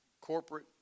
corporate